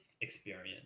experience